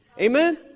Amen